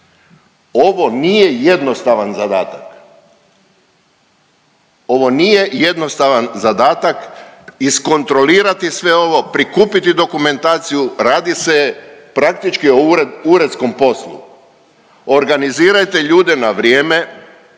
Ovo nije jednostavan zadatak. Ovo nije jednostavan zadatak, iskontrolirati sve ovo, prikupiti dokumentaciju, radi se praktički o uredskom poslu. Organizirajte ljude na vrijeme,